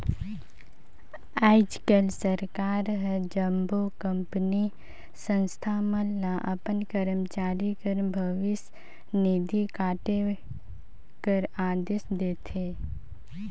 आएज काएल सरकार हर जम्मो कंपनी, संस्था मन ल अपन करमचारी कर भविस निधि काटे कर अदेस देथे